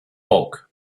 bulk